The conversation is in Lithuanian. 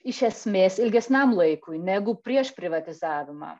iš esmės ilgesniam laikui negu prieš privatizavimą